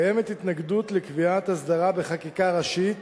קיימת התנגדות לקביעת הסדרה בחקיקה ראשית,